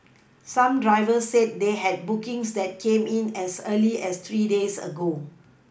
some drivers said they had bookings that came in as early as three days ago